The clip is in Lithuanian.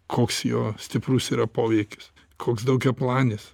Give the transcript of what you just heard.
koks jo stiprus yra poveikis koks daugiaplanis